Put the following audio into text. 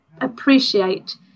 appreciate